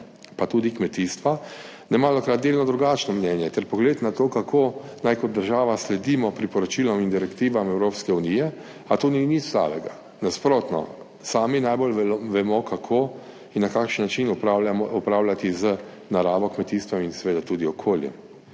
pa tudi kmetijstva nemalokrat delno drugačno mnenje ter pogled na to, kako naj kot država sledimo priporočilom in direktivam Evropske unije, a to ni nič slabega, nasprotno, sami najbolj vemo, kako in na kakšen način upravljati z naravo, kmetijstvom in seveda tudi okoljem